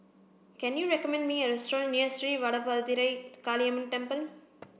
can you recommend me a restaurant near Sri Vadapathira Kaliamman Temple